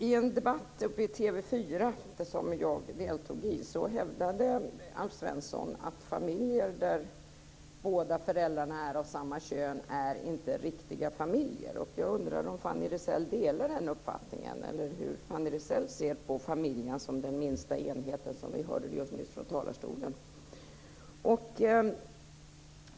I en debatt i TV 4 som jag deltog i hävdade Alf Svensson att familjer där båda föräldrarna är av samma kön inte är riktiga familjer. Jag undrar om Fanny Rizell delar den uppfattningen eller hur Fanny Rizell ser på att familjen är den minsta enheten, som vi nyss hörde från talarstolen.